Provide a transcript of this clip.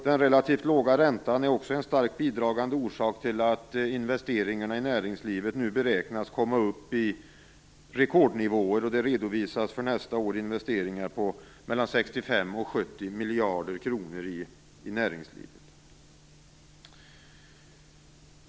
Den relativt låga räntan är också en starkt bidragande orsak till att investeringarna i näringslivet nu beräknas komma upp i rekordnivåer. För nästa år redovisas investeringar på 65-70 miljarder kronor i näringslivet.